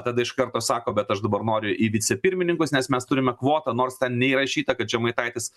tada iš karto sako bet aš dabar noriu į vicepirmininkus nes mes turime kvotą nors ten neįrašyta kad žemaitaitis